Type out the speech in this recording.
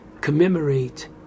commemorate